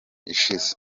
ishize